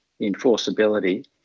enforceability